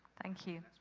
thank you.